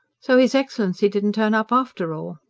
so his excellency didn't turn up, after all?